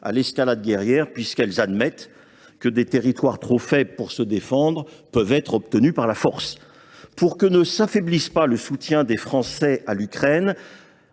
à l’escalade guerrière, puisqu’elles admettent que des territoires trop faibles pour se défendre peuvent être obtenus par la force. Pour que ne faiblisse pas le soutien des Français à l’Ukraine,